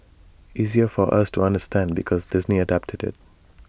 easier for us to understand because Disney adapted IT